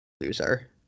loser